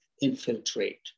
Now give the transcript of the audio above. infiltrate